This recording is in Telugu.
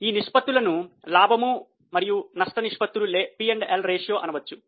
ఈ నిష్పత్తులను లాభ మరియు నష్ట నిష్పత్తులు అనవచ్చు